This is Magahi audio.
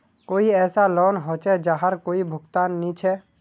कोई ऐसा लोन होचे जहार कोई भुगतान नी छे?